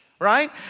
right